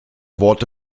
worte